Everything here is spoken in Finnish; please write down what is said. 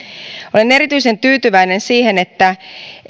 olen erityisen tyytyväinen siihen että